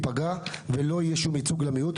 המיעוט ייפגע ולא יהיה שום ייצוג למיעוט,